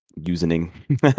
Using